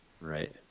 Right